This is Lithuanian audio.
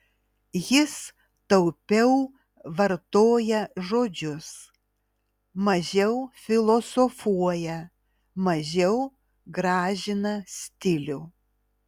jis taupiau vartoja žodžius mažiau filosofuoja mažiau gražina stilių